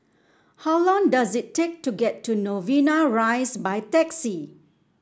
how long does it take to get to Novena Rise by taxi